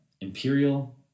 Imperial